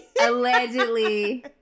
Allegedly